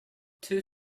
two